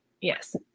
yes